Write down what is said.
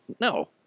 No